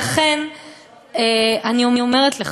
לכן אני אומרת לך,